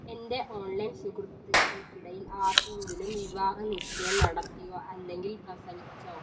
എൻ്റെ ഓൺലൈൻ സുഹൃത്തുക്കൾക്കിടയിൽ ആർക്കെങ്കിലും വിവാഹ നിശ്ചയം നടത്തിയോ അല്ലെങ്കിൽ പ്രസവിച്ചോ